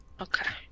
Okay